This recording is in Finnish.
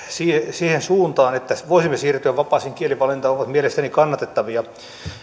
siihen suuntaan että voisimme siirtyä vapaaseen kielivalintaan ovat mielestäni kannatettavia